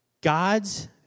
God's